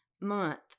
month